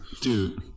Dude